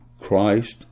Christ